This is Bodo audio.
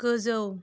गोजौ